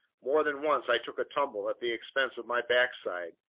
more than once i took a tumble at the expense of my backside.